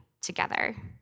together